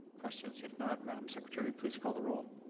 questions? if not, madame secretary, please call the roll.